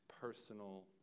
personal